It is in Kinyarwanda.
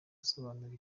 asobanura